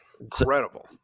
Incredible